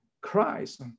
Christ